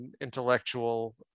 intellectual